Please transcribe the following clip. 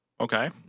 Okay